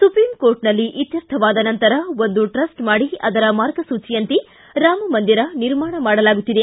ಸುಪ್ರೀಂಕೋರ್ಟ್ನಲ್ಲಿ ಇತ್ವರ್ಥವಾದ ನಂತರ ಒಂದು ಟ್ರಸ್ಟ್ ಮಾಡಿ ಅದರ ಮಾರ್ಗಸೂಚಿಯಂತೆ ರಾಮಮಂದಿರ ನಿರ್ಮಾಣ ಮಾಡಲಾಗುತ್ತಿದೆ